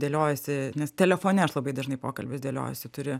dėliojiesi nes telefone aš labai dažnai pokalbius dėliojusi turi